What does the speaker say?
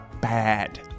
Bad